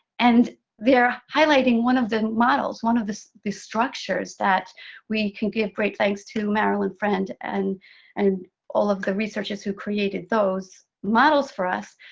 and they're highlighting one of the models, one of the structures that we can give great thanks to marilyn friend, and and all of the researchers who created those models for us.